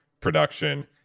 production